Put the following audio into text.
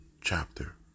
chapter